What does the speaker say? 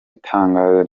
itangazo